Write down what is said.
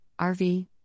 rv